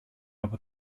από